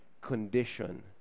condition